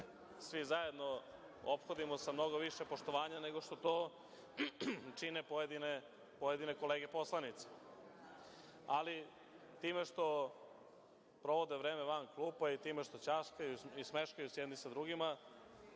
svi zajedno ophodimo sa mnogo više poštovanja nego što to čine pojedine kolege poslanici. Ali, time što provode vreme van klupa i time što ćaskaju i smeškaju se jedni sa drugima,